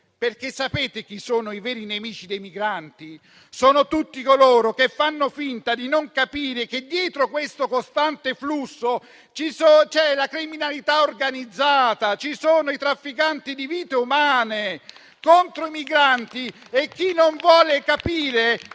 perché i veri nemici dei migranti sono tutti coloro che fanno finta di non capire che dietro questo costante flusso c'è la criminalità organizzata, ci sono i trafficanti di vite umane! È contro i migranti chi non vuole capire